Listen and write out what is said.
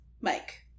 Mike